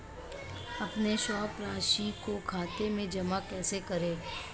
अपने शेष राशि को खाते में जमा कैसे करें?